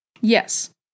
Yes